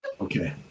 Okay